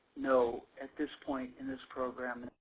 no. at this point, in this program,